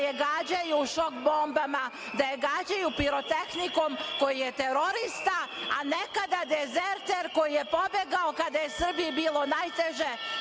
da je gađaju šok bombama, da je gađaju pirotehnikom koju je terorista, a nekada dezerter koji je pobegao kada je Srbiji bilo najteže,